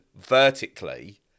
vertically